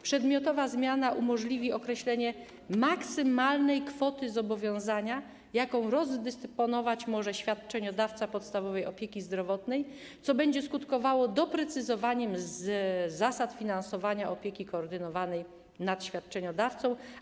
Przedmiotowa zmiana umożliwi określenie maksymalnej kwoty zobowiązania, jaką rozdysponować może świadczeniodawca podstawowej opieki zdrowotnej, co będzie skutkowało doprecyzowaniem zasad finansowania opieki koordynowanej nad świadczeniodawcą.